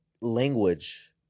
language